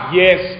yes